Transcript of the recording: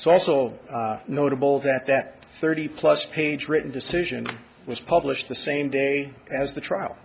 so also notable that that thirty plus page written decision was published the same day as the trial